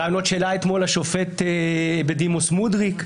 רעיונות שהעלה אתמול השופט בדימוס מודריק.